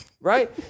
right